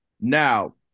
Now